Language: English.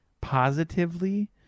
positively